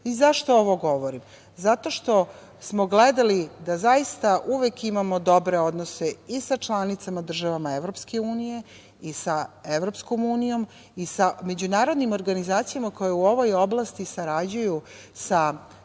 Zašto ovo govorim? Zato što smo gledali da zaista uvek imamo dobre odnose i sa članicama državama Evropske unije i sa Evropskom unijom i sa međunarodnim organizacijama koje u ovoj oblasti sarađuju sa